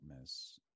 miss